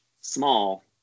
small